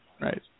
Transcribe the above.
Right